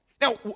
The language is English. Now